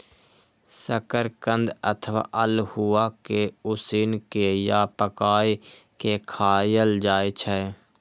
शकरकंद अथवा अल्हुआ कें उसिन के या पकाय के खायल जाए छै